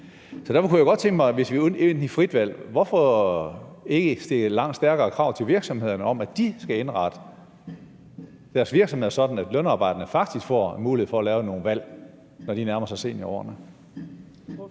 Derfor kunne jeg godt tænke mig, når vi er inde på det med frit valg, at spørge: Hvorfor ikke stille langt stærkere krav til virksomhederne om, at de skal indrette deres virksomheder sådan, at lønarbejderne faktisk får en mulighed for at tage nogle valg, når de nærmer sig seniorårene?